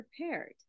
prepared